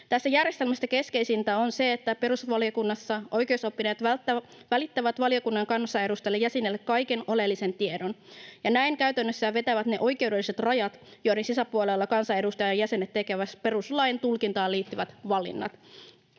Tässä järjestelmässä keskeisintä on se, että perustuslakivaliokunnassa oikeusoppineet välittävät valiokunnan kansanedustajajäsenille kaiken oleellisen tiedon ja näin käytännössä jo vetävät ne oikeudelliset rajat, joiden sisäpuolella kansanedustajajäsenet tekevät perustuslain tulkintaan liittyvät valinnat.